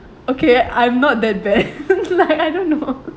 okay I'm not that bad like I don't know